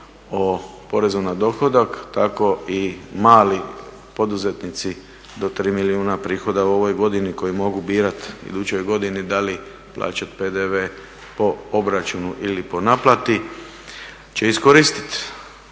o porezu na dohodak tako i mali poduzetnici do 3 milijuna prihoda u ovoj godini koji mogu birati u idućoj godini da li plaćat PDV po obračunu ili po naplati će iskoristit